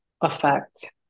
affect